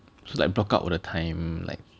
so like block out the time like